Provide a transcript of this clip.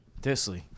Disley